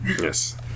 Yes